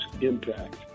impact